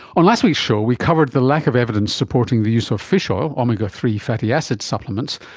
on last week's show we covered the lack of evidence supporting the use of fish oil, omega three fatty acid supplements,